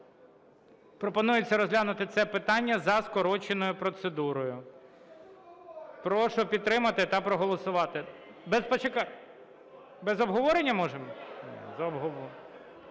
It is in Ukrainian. Пропонується розглянути це питання за скороченою процедурою. Прошу підтримати та проголосувати. (Шум у залі) Без обговорення можемо?